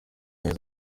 imwe